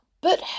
But